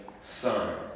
Son